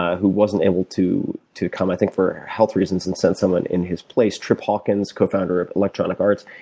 who wasn't able to to come, i think for health reasons and sent someone in his place. trip hawkins, co founder of electronic arts.